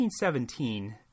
1917